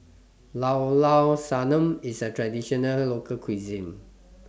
Llao Llao Sanum IS A Traditional Local Cuisine